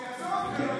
אתם, חוק שיעצור הפגנות,